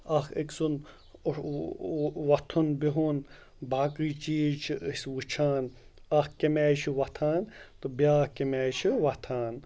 اَکھ أکۍ سُنٛد وۄتھُن بِہُن باقٕے چیٖز چھِ أسۍ وُچھان اَکھ کیٚمہِ آیہِ چھُ وۄتھان تہٕ بیٛاکھ کیٚمہِ آیہِ چھِ وۄتھان